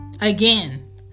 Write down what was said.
Again